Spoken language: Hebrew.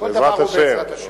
כל דבר הוא בעזרת השם.